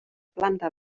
planta